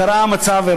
קרה מצב,